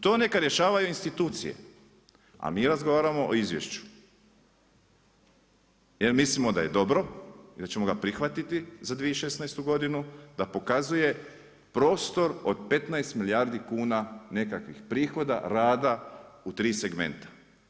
To neka rješavaju institucije, a mi razgovaramo o izvješću jer mislimo da je dobro i da ćemo ga prihvatiti za 2016. godinu, da pokazuje prostor od 15 milijuna kuna nekakvih prihoda, rada u 3 segmenta.